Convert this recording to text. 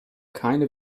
keine